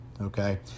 okay